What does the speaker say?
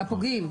הפוגעים?